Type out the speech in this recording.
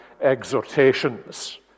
exhortations